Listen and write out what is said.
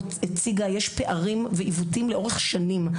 יש פערים ועיוותים לאורך שנים.